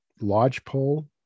lodgepole